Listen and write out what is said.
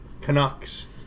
Canucks